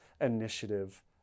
initiative